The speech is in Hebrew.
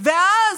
ואז,